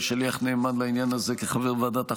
שליח נאמן לעניין הזה כחבר ועדת החוקה,